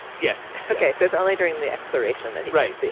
yes. okay. so it's only during the exploration that he. right. so